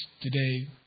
today